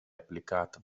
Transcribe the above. applicata